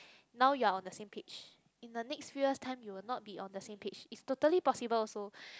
now you're on the same page in the next few years time you will not on the same page it's totally possible also